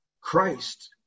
christ